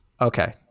Okay